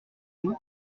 moi